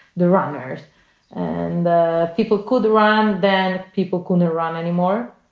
the runners and the people called the run. then people call neuron anymore.